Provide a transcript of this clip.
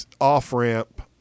off-ramp